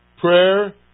Prayer